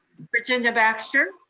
virginia baxter.